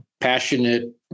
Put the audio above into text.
passionate